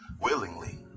willingly